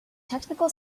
technical